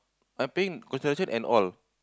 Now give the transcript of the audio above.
I'm paying concession and all